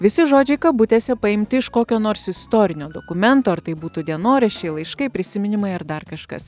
visi žodžiai kabutėse paimti iš kokio nors istorinio dokumento ar tai būtų dienoraščiai laiškai prisiminimai ar dar kažkas